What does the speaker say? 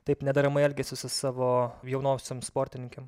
taip nederamai elgiasi su savo jaunosiom sportininkėm